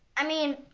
i mean,